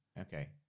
Okay